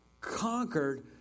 conquered